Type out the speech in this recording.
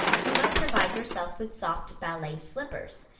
you must provide yourself with soft ballet slippers,